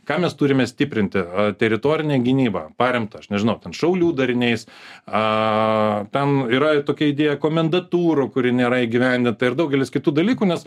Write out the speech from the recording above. ką mes turime stiprinti a teritorinė gynyba paremta aš nežinau šaulių dariniais a ten yra tokia idėja komendantūra kuri nėra įgyvendinta ir daugelis kitų dalykų nes